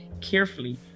carefully